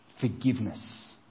forgiveness